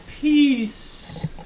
peace